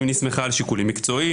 אם היא נסמכה על שיקולים מקצועיים,